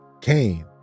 Cain